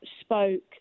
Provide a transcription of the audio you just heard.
spoke